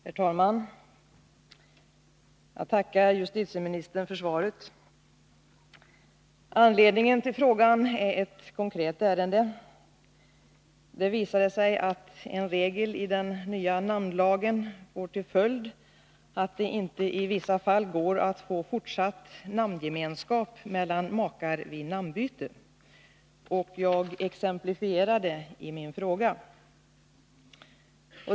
Herr talman! Jag tackar justitieministern för svaret. Anledningen till frågan är ett konkret ärende. Det visade sig att en regel i den nya namnlagen får till följd att det i vissa fall inte går att få fortsatt namngemenskap mellan makar vid ett namnbyte. Jag exemplifierade i min fråga.